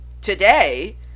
Today